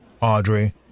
Audrey